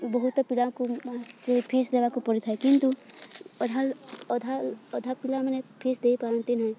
ବହୁତ ପିଲାଙ୍କୁ ସେ ଫିସ୍ ଦେବାକୁ ପଡ଼ିଥାଏ କିନ୍ତୁ ଅଧା ଅଧା ଅଧା ପିଲାମାନେ ଫିସ୍ ଦେଇ ପାରନ୍ତି ନାହିଁ